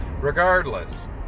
regardless